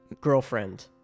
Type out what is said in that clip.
girlfriend